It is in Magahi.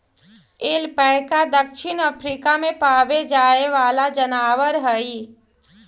ऐल्पैका दक्षिण अफ्रीका में पावे जाए वाला जनावर हई